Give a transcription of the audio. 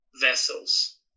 vessels